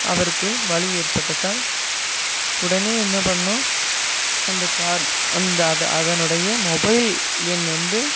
அவருக்கு வலி ஏற்பட்டதால் உடனே என்ன பண்ணிணோம் அந்த கார் அந்த அதை அதனுடைய மொபைல் எண் வந்து